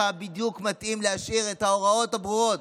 בדיוק מתאים להשאיר את ההוראות הברורות.